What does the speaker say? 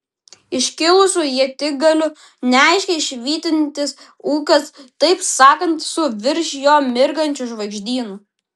iškilusių ietigalių neaiškiai švytintis ūkas taip sakant su virš jo mirgančiu žvaigždynu